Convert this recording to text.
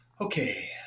okay